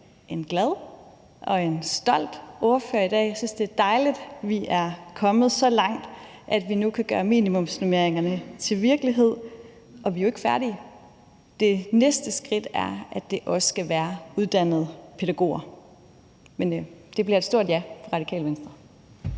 en glad og en stolt ordfører i dag, og jeg synes, det er dejligt, at vi er kommet så langt, at vi nu kan gøre minimumsnormeringerne til virkelighed, og vi er jo ikke færdige. Det næste skridt er, at det også skal være uddannede pædagoger. Men det bliver et stort ja fra Radikale Venstre.